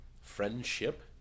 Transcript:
friendship